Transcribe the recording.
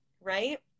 right